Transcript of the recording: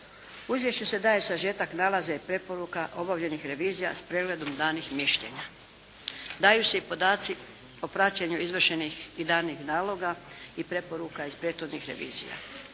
izvješću se daje sažetak nalaza i preporuka obavljenih revizija s pregledom danih mišljenja. Daju se i podaci o praćenju izvršenih i danih naloga i preporuka iz prethodnih revizija.